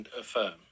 Affirm